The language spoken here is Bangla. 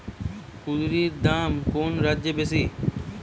কুঁদরীর দাম কোন রাজ্যে বেশি?